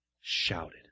shouted